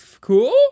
cool